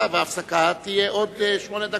16:30 ונתחדשה בשעה 16:38.)